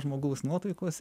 žmogaus nuotaikos